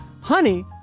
Honey